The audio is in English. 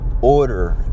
order